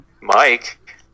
Mike